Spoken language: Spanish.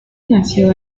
nació